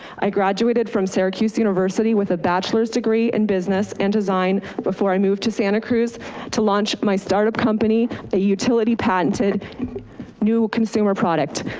i graduated from syracuse university with a bachelor's degree in business and design before i moved to santa cruz to launch my startup company, a utility patented new consumer product.